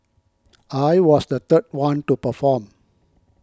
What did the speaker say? I was the third one to perform